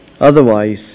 otherwise